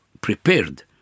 prepared